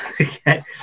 Okay